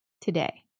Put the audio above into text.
Today